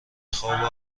خوابو